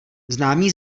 známý